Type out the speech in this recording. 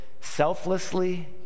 selflessly